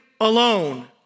alone